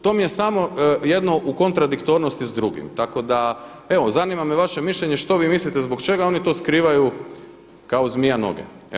To mi je samo jedno u kontradiktornosti s drugim, tako da evo zanima me vaše mišljenje što vi mislite zbog čega oni to skrivaju kao zmija noge?